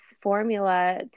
formula